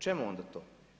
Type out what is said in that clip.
Čemu onda to?